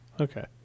Okay